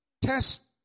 test